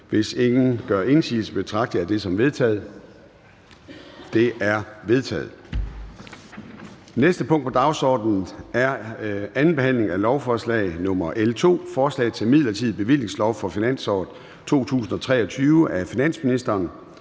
Hvis ingen gør indsigelse, betragter jeg det som vedtaget. Det er vedtaget. --- Det næste punkt på dagsordenen er: 2) 2. behandling af lovforslag nr. L 2: Forslag til midlertidig bevillingslov for finansåret 2023. Af finansministeren